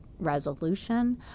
resolution